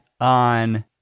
on